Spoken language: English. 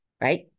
Right